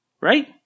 right